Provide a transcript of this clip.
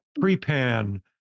pre-pan